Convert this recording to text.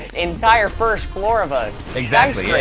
entire first floor of a. exactly!